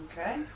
Okay